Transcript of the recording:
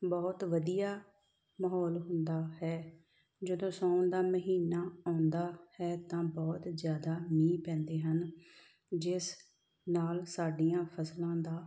ਬਹੁਤ ਵਧੀਆ ਮਾਹੌਲ ਹੁੰਦਾ ਹੈ ਜਦੋਂ ਸਾਉਣ ਦਾ ਮਹੀਨਾ ਆਉਂਦਾ ਹੈ ਤਾਂ ਬਹੁਤ ਜ਼ਿਆਦਾ ਮੀਂਹ ਪੈਂਦੇ ਹਨ ਜਿਸ ਨਾਲ ਸਾਡੀਆਂ ਫਸਲਾਂ ਦਾ